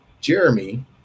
jeremy